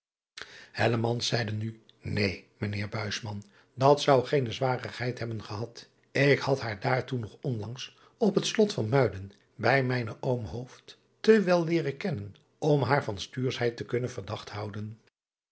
zeide nu een ijnheer dat zou geene zwarigheid hebben gehad ik had haar daartoe nog onlangs op het lot van uiden bij mijnen om te wel leeren kennen om haar van stuurschheid te kunnen verdacht houden